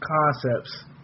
concepts